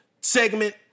segment